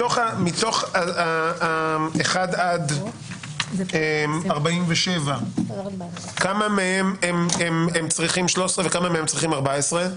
מתוך 1 עד 47, כמה מהם צריכים 13 וכמה צריכים 14?